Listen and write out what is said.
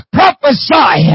prophesy